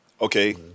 Okay